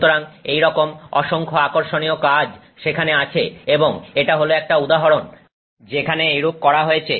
সুতরাং এইরকম অসংখ্য আকর্ষণীয় কাজ সেখানে আছে এবং এটা হল একটা উদাহরণ যেখানে এইরূপ করা হয়েছে